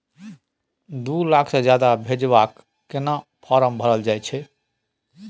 दू लाख से ज्यादा भेजबाक केना फारम भरल जाए छै?